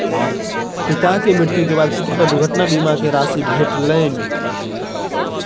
पिता के मृत्यु के बाद पुत्र के दुर्घटना बीमा के राशि भेटलैन